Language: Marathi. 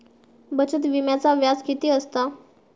बचत विम्याचा व्याज किती असता?